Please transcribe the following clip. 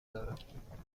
دارم